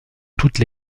toutes